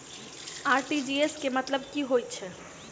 RTGS केँ मतलब की होइ हय?